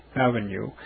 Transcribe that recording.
Avenue